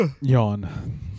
Yawn